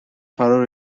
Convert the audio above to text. فرا